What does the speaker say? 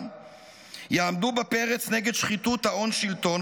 יעמדו בפרץ נגד שחיתות ההון שלטון,